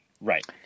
Right